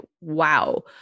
wow